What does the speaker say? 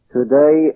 Today